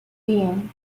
being